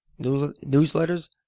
newsletters